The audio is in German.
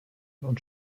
und